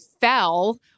fell